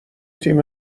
تیم